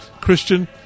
Christian